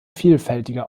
vielfältige